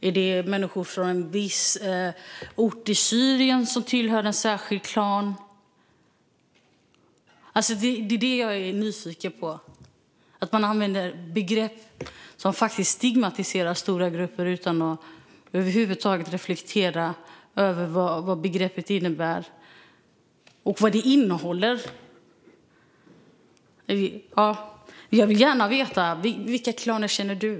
Är det människor från en viss ort i Syrien som tillhör en särskild klan? Det är det här jag är nyfiken på - att man använder ett begrepp som faktiskt stigmatiserar stora grupper utan att över huvud taget reflektera över vad begreppet innebär och vad det innehåller. Jag vill gärna veta, Camilla, vilka klaner du känner till.